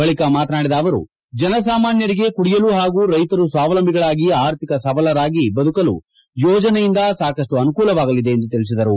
ಬಳಿಕ ಮಾತನಾಡಿದ ಅವರು ಜನ ಸಾಮಾನ್ಯರಿಗೆ ಕುಡಿಯಲು ಹಾಗೂ ರೈತರು ಸ್ವಾವಲಂಬಿಗಳಾಗಿ ಆರ್ಥಿಕ ಸಬಲರಾಗಿ ಬದುಕಲು ಯೋಜನೆಯಿಂದ ಸಾಕಷ್ಟು ಅನುಕೂಲವಾಗಲಿದೆ ಎಂದು ತಿಳಿಸಿದರು